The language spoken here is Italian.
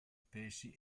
pesci